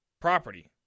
property